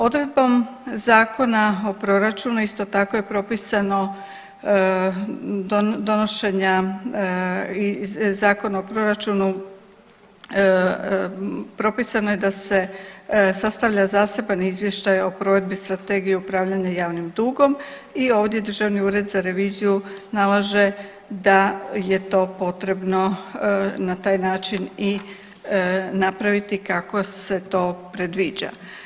Odredbom Zakona o proračuna isto tako je propisano donošenja, Zakon o proračunu propisano je da se sastavlja zaseban izvještaj o provedbi strategije upravljanja javnim dugom i ovdje Državni ured za reviziju nalaže da je to potrebno na taj način i napraviti kako se to predviđa.